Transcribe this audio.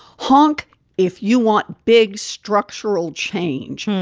honk if you want big structural change.